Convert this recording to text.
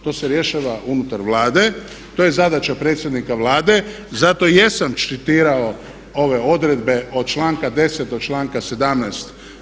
To se rješava unutar Vlade, to je zadaća predsjednika Vlada i zato jesam citirao ove odredbe od članka 10. do članka 17.